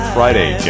Friday